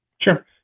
Sure